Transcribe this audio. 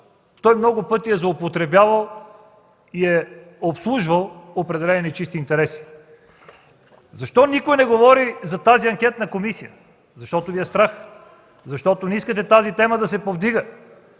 той много пъти е злоупотребявал и е обслужвал определени нечисти интереси. Защо никой не говори за тази анкетна комисия? Защото Ви е страх, защото не искате тази тема да се повдига!